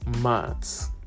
months